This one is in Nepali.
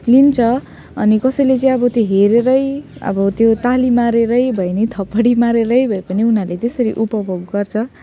लिन्छ अनि कसैले चाहिँ अब त्यो हेरेरै अब त्यो ताली मारेरै भए पनि थप्पडी मारेरै भए पनि उनीहरूले त्यसरी उपभोग गर्छ